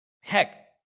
Heck